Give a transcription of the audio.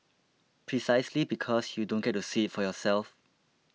precisely because you don't get to see it for yourself